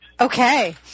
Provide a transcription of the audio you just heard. Okay